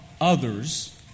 others